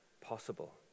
possible